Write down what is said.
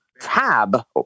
tab